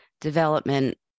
development